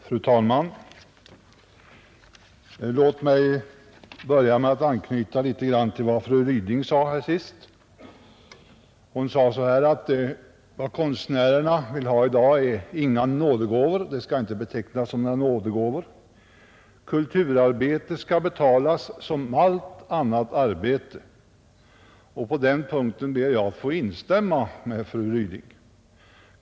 Fru talman! Låt mig börja med att anknyta till vad fru Ryding sade i slutet av sitt anförande, nämligen att vad konstnärerna vill ha i dag inte skall betecknas som nådegåvor; kulturarbete skall betalas som allt annat arbete. På den punkten ber jag att få instämma med fru Ryding.